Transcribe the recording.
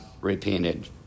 repented